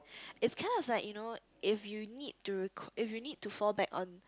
it's kind of like you know if you need to require if you need to fall back on